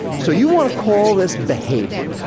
so, you wanna call this behavior.